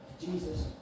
Jesus